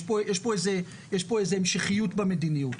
יש פה איזו שהיא המשכיות במדיניות,